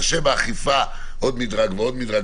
קשה באכיפה עוד מדרג ועוד מדרג,